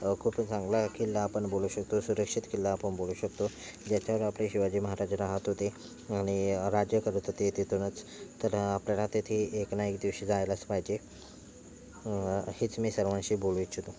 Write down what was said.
खूप चांगला किल्ला आपण बोलू शकतो सुरक्षित किल्ला आपण बोलू शकतो ज्याच्यावर आपले शिवाजी महाराज राहत होते आणि राज्य करत होते तेथूनच तर आपल्याला तेथे एक ना एक दिवशी जायलाच पाहिजे हेच मी सर्वांशी बोलू इच्छितो